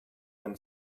when